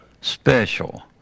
special